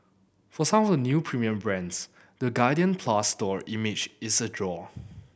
for some of the new premium brands the Guardian Plus store image is a draw